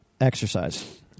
exercise